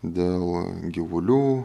dėl gyvulių